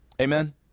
Amen